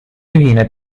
ühine